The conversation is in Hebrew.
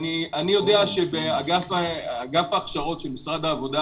שאני יודע שבאגף ההכשרות של משרד העבודה